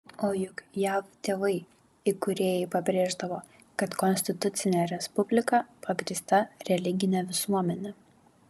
o juk jav tėvai įkūrėjai pabrėždavo kad konstitucinė respublika pagrįsta religine visuomene